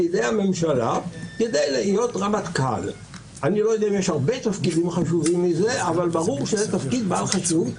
ערב בהחלטות בלתי סבירות בקטע שמהלכת דפי זהב ועד לפסק דין וונסברי,